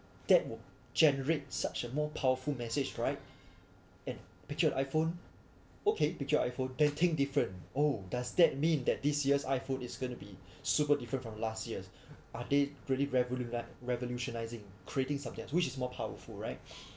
that will generate such a more powerful message right and pick your iPhone okay pick your iPhone then think different oh does that mean that this year's iPhone is gonna be super different from last year's are they pretty revoluni~ revolutionizing creating subjects which is more powerful right